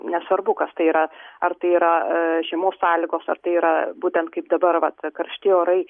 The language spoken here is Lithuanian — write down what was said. nesvarbu kas tai yra ar tai yra žiemos sąlygos ar tai yra būtent kaip dabar vat karšti orai